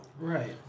Right